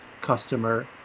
customer